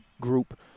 group